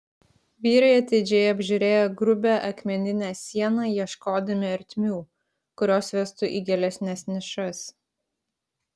vyrai atidžiai apžiūrėjo grubią akmeninę sieną ieškodami ertmių kurios vestų į gilesnes nišas